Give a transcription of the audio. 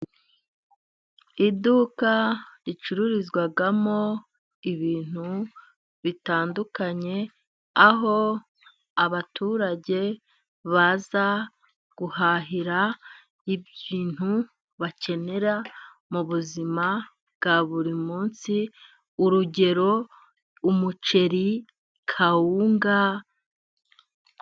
Iduka ricururizwamo ibintu bitandukanye, aho abaturage baza guhahira ibintu bakenera mu buzima bwa buri munsi, urugero : Umuceri, kawunga.